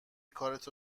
کارتو